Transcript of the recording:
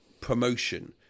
promotion